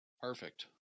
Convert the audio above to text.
Perfect